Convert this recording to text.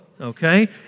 Okay